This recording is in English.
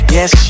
Yes